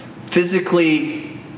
physically